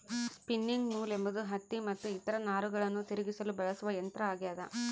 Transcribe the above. spinning mule ಎಂಬುದು ಹತ್ತಿ ಮತ್ತು ಇತರ ನಾರುಗಳನ್ನು ತಿರುಗಿಸಲು ಬಳಸುವ ಯಂತ್ರ ಆಗ್ಯದ